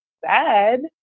sad